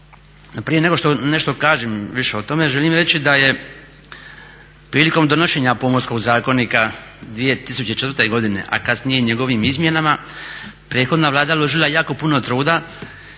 Prije nego što nešto kažem više o tome želim reći da je prilikom donošenja Pomorskog zakonika 2004. godina, a kasnije njegovim izmjenama prethodna Vlada uložila jako puno truda